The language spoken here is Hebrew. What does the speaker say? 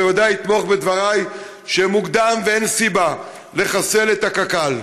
הוא בוודאי יתמוך בדבריי שמוקדם ואין סיבה לחסל את קק"ל.